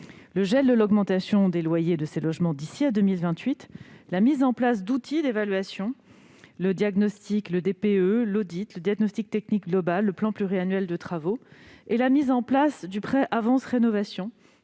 le gel de l'augmentation des loyers de ces logements d'ici à 2028 ; la mise en place d'outils d'évaluation- le DPE, l'audit, le diagnostic technique global -, du plan pluriannuel de travaux, du prêt avance mutation-